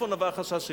מאיפה נבע החשש שלי.